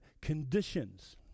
conditions